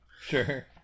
sure